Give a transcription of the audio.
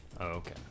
okay